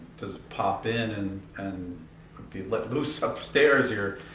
just pop in and and be let loose upstairs here.